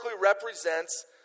represents